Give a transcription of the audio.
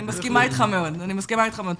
אני מסכימה איתך מאוד, אני מסכימה איתך מאוד.